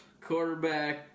Quarterback